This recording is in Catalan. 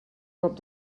cop